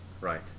Right